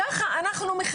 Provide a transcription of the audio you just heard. ככה אנחנו,